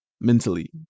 Mentally